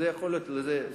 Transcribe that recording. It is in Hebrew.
בזה יכול להיות שכל,